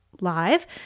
live